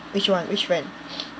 which one which friend